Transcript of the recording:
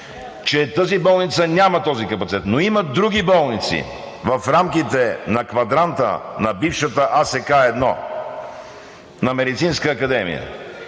че тази болница няма този капацитет, но има други болници в рамките на квадранта на бившата АСК-1 на Медицинска академия.